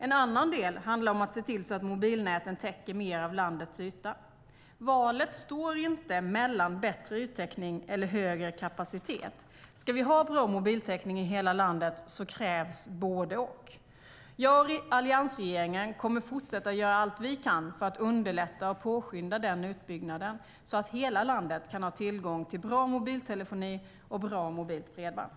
En annan del handlar om att se till att mobilnäten täcker mer av landets yta. Valet står inte mellan bättre yttäckning och högre kapacitet. Om vi ska ha bra mobiltäckning i hela landet krävs både och. Jag och alliansregeringen kommer att fortsätta göra allt vi kan för att underlätta och påskynda den utbyggnaden så att hela landet kan ha tillgång till bra mobiltelefoni och bra mobilt bredband.